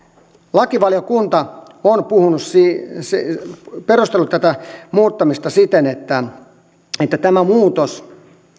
lakivaliokunta on perustellut tätä muuttamista siten että että tämä muutos